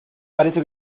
parece